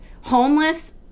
homeless